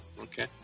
Okay